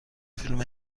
فیلم